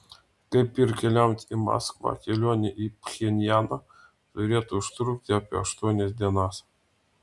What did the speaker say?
kaip ir keliaujant į maskvą kelionė į pchenjaną turėtų užtrukti apie aštuonias dienas